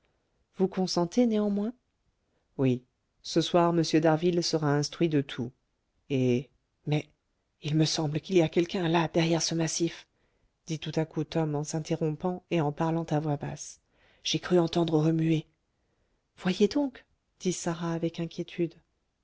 vous consentez néanmoins oui ce soir m d'harville sera instruit de tout et mais il me semble qu'il y a quelqu'un là derrière ce massif dit tout à coup tom en s'interrompant et en parlant à voix basse j'ai cru entendre remuer voyez donc dit sarah avec inquiétude